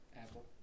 Apple